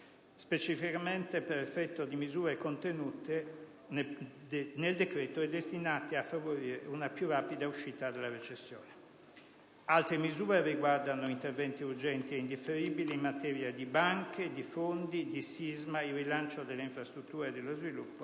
specificamente per effetto di misure contenute nel decreto-legge e destinate a favorire una più rapida uscita dalla recessione. Altre misure riguardano interventi urgenti e indifferibili in materia di banche, di fondi, di sisma, per il rilancio di infrastrutture e dello sviluppo